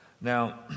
Now